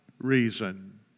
reason